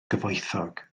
gyfoethog